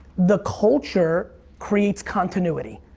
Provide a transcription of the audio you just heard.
the culture creates continuity.